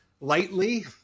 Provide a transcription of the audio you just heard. lightly